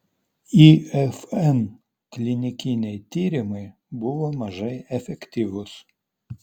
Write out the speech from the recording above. ifn klinikiniai tyrimai buvo mažai efektyvūs